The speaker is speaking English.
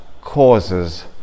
causes